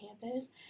campus